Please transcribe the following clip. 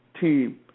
team